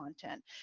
content